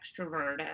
extroverted